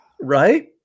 right